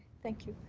thank you.